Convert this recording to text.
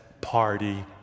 party